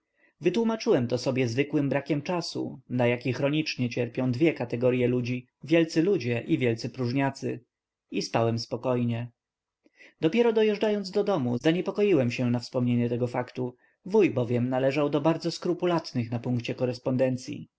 odpowiedzi wytłumaczyłem to sobie zwykłym brakiem czasu na jaki chronicznie cierpią dwie kategorye ludzi wielcy ludzie i wielcy próżniacy i spałem spokojnie dopiero dojeżdżając do domu zaniepokoiłem się na wspomnienie tego faktu wuj bowiem należał do bardzo skrupulatnych na punkcie korespondencyi